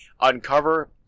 uncover